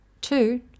Two